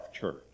Church